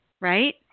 right